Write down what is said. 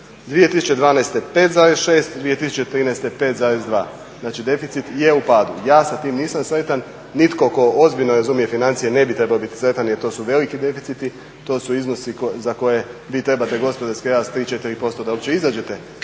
2012. 5,6, 2013. 5,2. Znači deficit je u padu. Ja sa time nisam sretan, nitko tko ozbiljno razumije financije ne bi trebao biti sretan jer to su veliki deficiti, to su iznosi za koje vi trebate gospodarski rast 3, 4% da uopće izađete